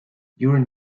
during